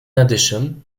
addition